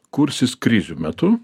kursis krizių metu